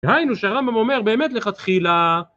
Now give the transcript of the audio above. דניינו שהרמב"ם אומר באמת לכתחילה